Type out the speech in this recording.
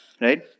Right